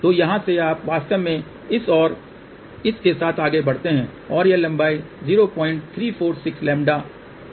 तो यहां से आप वास्तव में इस और इस के साथ आगे बढ़ते हैं और यह लंबाई 0346 λ ठीक है